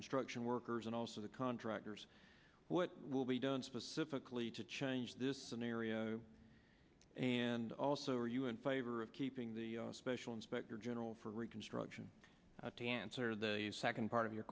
construction workers and also the contractors what will be done specifically to change this scenario and also are you in favor of keeping the special inspector general for reconstruction to answer the second part of your